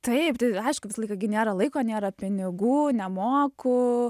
taip tai aišku visą laiką gi nėra laiko nėra pinigų nemoku